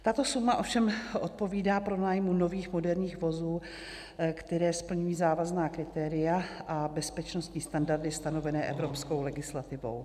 Tato suma ovšem odpovídá pronájmu nových moderních vozů, které splňují závazná kritéria a bezpečnostní standardy stanovené evropskou legislativou.